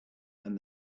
and